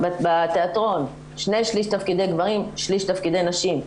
בתיאטרון שני שליש תפקידי גברים שליש תפקידי נשים,